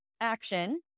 action